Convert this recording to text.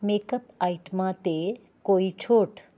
makeup ਆਈਟਮਾਂ 'ਤੇ ਕੋਈ ਛੋਟ